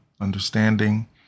understanding